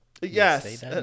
Yes